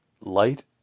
light